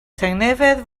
tangnefedd